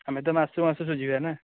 ଆମେ ତ ମାସକୁ ମାସ ସୁଝିବା ନା